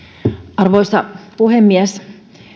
arvoisa puhemies